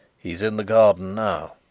he is in the garden now.